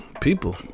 People